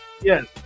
yes